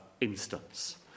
instance